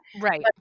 Right